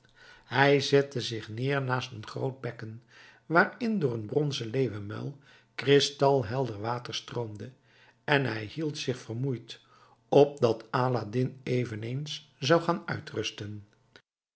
hij zette zich neer naast een groot bekken waarin door een bronzen leeuwenmuil kristal helder water stroomde en hij hield zich vermoeid opdat aladdin eveneens zou gaan uitrusten